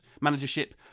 managership